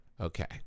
Okay